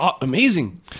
amazing